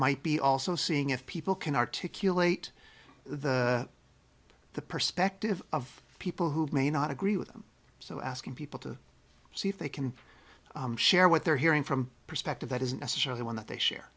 might be also seeing if people can articulate the the perspective of people who may not agree with them so asking people to see if they can share what they're hearing from a perspective that isn't necessarily one that they share